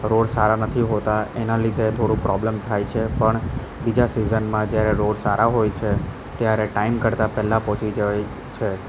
road સારા નથી હોતા એના લીધે થોડું પ્રોબ્લેમ થાય છે પણ બીજા સિઝનમાં જ્યારે રોડ સારા હોય છે ત્યારે ટાઈમ કરતા પહેલા પહોંચી જવાય છે